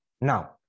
now